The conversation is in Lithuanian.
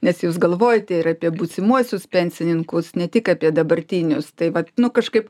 nes jūs galvojate ir apie būsimuosius pensininkus ne tik apie dabartinius tai vat nu kažkaip